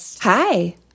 Hi